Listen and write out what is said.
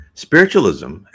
Spiritualism